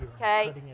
okay